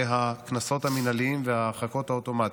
הקנסות המינהליים וההרחקות האוטומטיות,